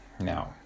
Now